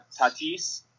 Tatis